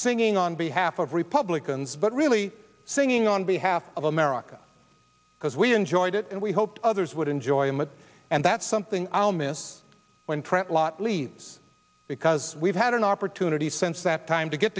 singing on behalf of republicans but really singing on behalf of america because we enjoyed it and we hope others would enjoy it and that's something i'll miss when print lot leaves because we've had an opportunity since that time to get